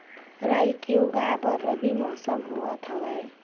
राई के उगाए बर रबी मौसम होवत हवय?